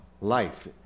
Life